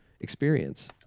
experience